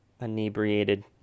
inebriated